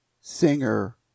Singer